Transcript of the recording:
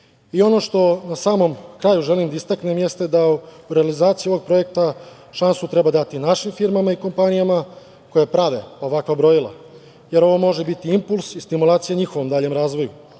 što na samom kraju želim da istaknem jeste da u realizaciji ovog projekta šansu treba dati našim firmama i kompanijama koja prave ovakva brojila, jer ovo može biti impuls i stimulacija njihovom daljem razvoju.